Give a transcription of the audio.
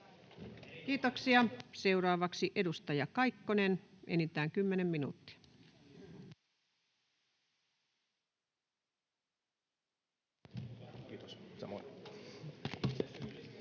Kiitoksia. — Seuraavaksi edustaja Kaikkonen, enintään kymmenen minuuttia. [Speech